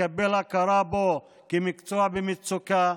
לקבל הכרה בו כמקצוע במצוקה.